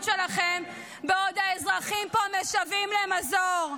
שלכם בעוד האזרחים פה משוועים למזור.